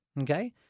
okay